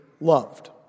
loved